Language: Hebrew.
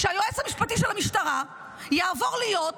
שהיועץ המשפטי של המשטרה יעבור להיות